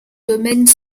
domaine